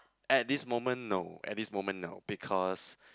at this moment no at this moment no because